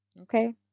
okay